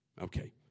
Okay